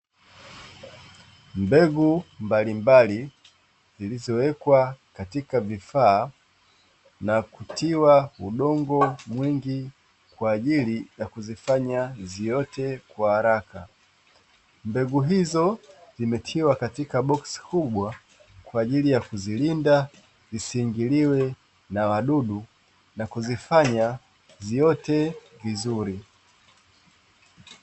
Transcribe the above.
Mbegu mbalimbali zilizowekwa katika vifaa na kutiwa udongo mwingi, kwa ajili ya kuzifanya ziote haraka, zimetiiwa katika boksi kubwa kwa ajili ya kuzilinda zisizingiliwe na wadudu na kuzifanya ziote vizuri.